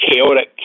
chaotic